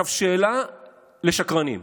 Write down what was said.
שאלה לשקרנים: